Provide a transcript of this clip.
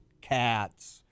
cats